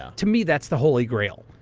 to me that's the holy grail.